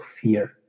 fear